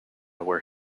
where